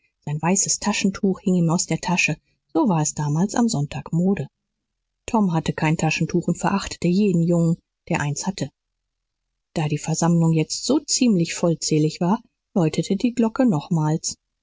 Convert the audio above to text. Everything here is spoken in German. sein weißes taschentuch hing ihm aus der tasche so war es damals am sonntag mode tom hatte kein taschentuch und verachtete jeden jungen der eins hatte da die versammlung jetzt so ziemlich vollzählig war läutete die glocke nochmals